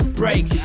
break